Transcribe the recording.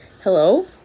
Hello